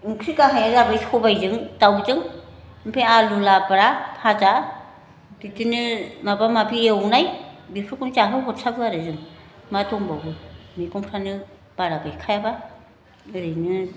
ओंख्रि गाहायआ जाबाय सबायजों दाउजों ओमफ्राय आलु लाब्रा भाजा बिदिनो माबा माबि एवनाय बेफोरखौनो जाहोहरसाबो आरो जों मा दंबावो मैगंफ्रानो बारा गैखायाबा ओरैनो